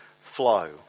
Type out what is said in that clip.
flow